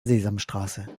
sesamstraße